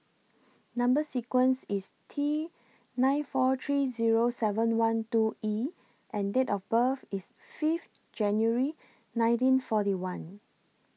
Number sequence IS T nine four three Zero seven one two E and Date of birth IS five January nineteen forty one